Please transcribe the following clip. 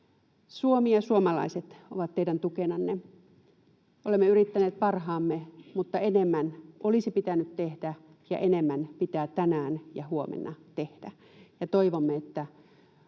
Suomi ja suomalaiset ovat teidän tukenanne. Olemme yrittäneet parhaamme, mutta enemmän olisi pitänyt tehdä ja enemmän pitää tänään ja huomenna tehdä, ja toivomme, että